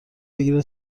بگیره